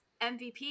MVP